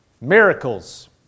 miracles